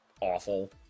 awful